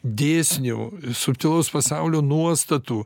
dėsnių subtilaus pasaulio nuostatų